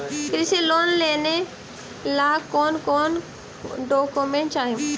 कृषि लोन लेने ला कोन कोन डोकोमेंट चाही?